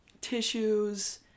tissues